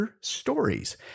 Stories